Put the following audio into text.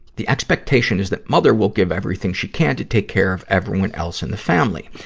the expectation is that mother will give everything she can to take care of everyone else in the family.